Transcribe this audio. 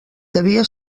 devia